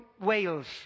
Wales